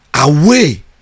away